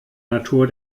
natur